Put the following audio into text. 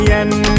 end